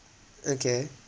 okay